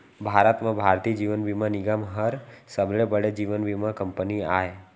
भारत म भारतीय जीवन बीमा निगम हर सबले बड़े जीवन बीमा कंपनी आय